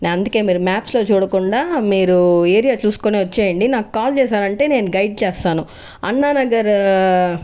నేను అందుకే మీరు మ్యాప్స్లో చూడకుండా మీరు ఏరియా చూసుకోని వచ్చేయండి నాకు కాల్ చేసారంటే నేను గైడ్ చేస్తాను అన్నానగర్